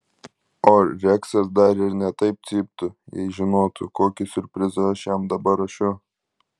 o reksas dar ir ne taip cyptų jei žinotų kokį siurprizą aš jam dabar ruošiu